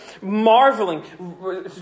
marveling